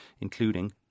including